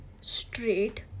straight